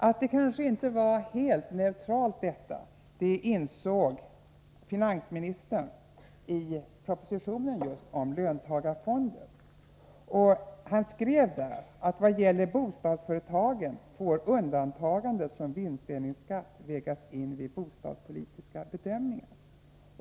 Att det kanske inte var helt neutralt insåg finansministern i propositionen om löntagarfonder. Han skrev där att i vad gäller bostadsföretagen får undantagande från vinstdelningsskatt vägas in vid bostadspolitiska bedömningar.